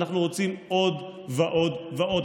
אנחנו רוצים עוד ועוד ועוד,